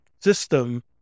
system